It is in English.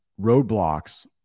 roadblocks